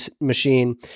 machine